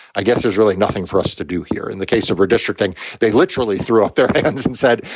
i guess there's really nothing for us to do here in the case of redistricting they literally throw up their hands and said,